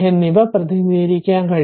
എന്നിവ പ്രതിനിധീകരിക്കാൻ കഴിയും